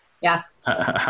Yes